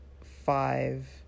five